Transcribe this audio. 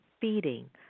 feeding